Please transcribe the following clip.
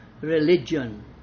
religion